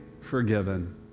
forgiven